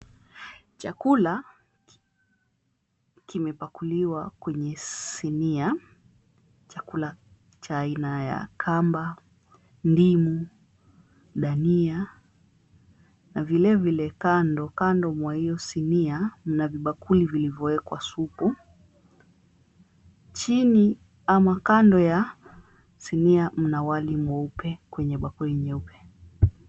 Chakula kimepakuliwa kwenye sinia. Chakula cha aina ya kamba, ndimu, dania na vile vile kando kando mwa hiyo sinia mna vibakuli vilivyowekwa supu. Chini ama kando ya sinia mna wali mweupe kwenye bakuli nyeupe.